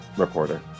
reporter